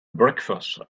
breakfast